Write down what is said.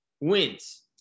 wins